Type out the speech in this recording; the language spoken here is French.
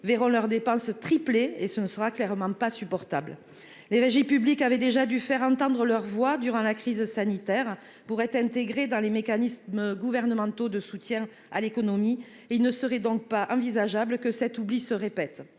verront leurs dépenses triplé et ce ne sera clairement pas supportable. Les régies publiques avait déjà dû faire entendre leur voix durant la crise sanitaire pourrait intégrer dans les mécanismes gouvernementaux de soutien à l'économie et il ne serait donc pas envisageable que cet oubli se répète.